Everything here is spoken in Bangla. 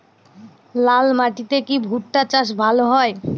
লাল মাটিতে কি ভুট্টা চাষ ভালো হয়?